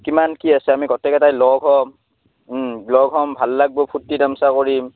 কিমান কি আছে আমি গটেইকেইটাই লগ হ'ম লগ হ'ম ভাল লাগব ফূৰ্তি তামচা কৰিম